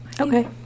Okay